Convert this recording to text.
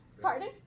Pardon